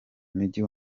mujyi